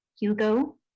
Hugo